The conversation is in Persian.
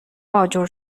آجر